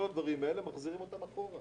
כל הדברים האלה מחזירים אותם אחורה.